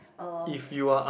um